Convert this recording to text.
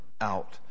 out